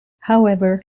however